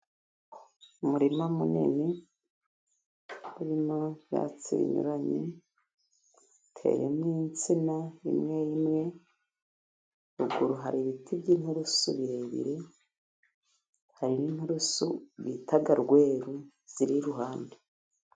Umurima munini urimo ibyatsi binyuranye, uteyemo insina, imwe imwe, ruguru hari ibiti by'inturusu birebire, hari n' inturusu bita rweru ziri iruhande.